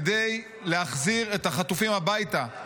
כדי להחזיר את החטופים הביתה.